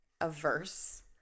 averse